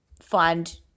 find